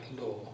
law